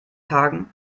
hagen